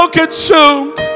consumed